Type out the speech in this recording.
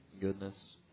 goodness